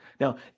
Now